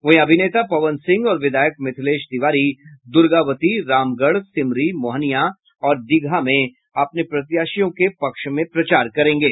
वहीं अभिनेता पवन सिंह और विधायक मिथिलेश तिवारी दुर्गावती रामगढ़ सिमरी मोहनिया और दीघा में अपने प्रत्याशियों के पक्ष में प्रचार करेंगे